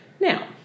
Now